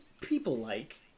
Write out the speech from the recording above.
people-like